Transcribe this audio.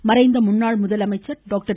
R மறைந்த முன்னாள் முதலமைச்சர் டாக்டர்